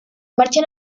marchan